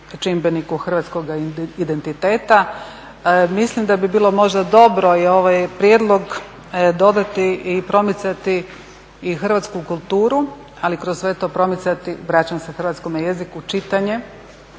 čimbeniku hrvatskoga identiteta. Mislim da bi bilo možda dobro i ovaj prijedlog dodati i promicati i hrvatsku kulturu, ali kroz sve to promicati, vraćam se hrvatskome jeziku čitanje,